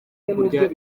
kurya